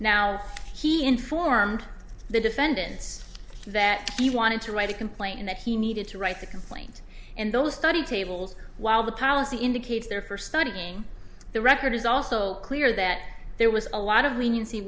now he informed the defendants that he wanted to write a complaint and that he needed to write a complaint in those study tables while the policy indicates their first studying the record is also clear that there was a lot of leniency